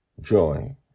Joy